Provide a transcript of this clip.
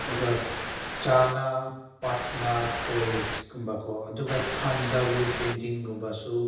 ꯑꯗꯨꯒ ꯆꯥꯟꯅ ꯄꯥꯠꯅꯥ ꯇꯣꯏꯁ ꯀꯨꯝꯕꯀꯣ ꯑꯗꯨꯒ ꯊꯝꯖꯄꯨꯔ ꯄꯦꯟꯇꯤꯡꯒꯨꯝꯕꯁꯨ